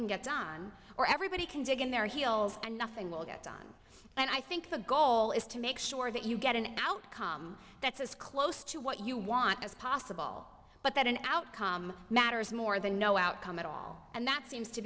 can get done or everybody can dig in their heels and nothing will get done and i think the goal is to make sure that you get an outcome that's as close to what you want as possible but that an outcome matters more than no outcome at all and that seems to